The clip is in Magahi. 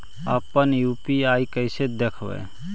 अपन यु.पी.आई कैसे देखबै?